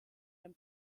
dem